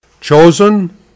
Chosen